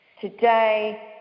Today